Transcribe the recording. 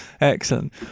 excellent